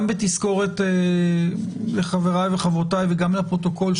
גם בתזכורת לחבריי וחברותיי וגם לפרוטוקול,